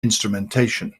instrumentation